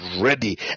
ready